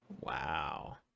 wow